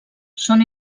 són